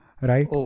right